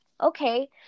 okay